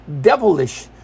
devilish